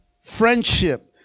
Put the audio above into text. friendship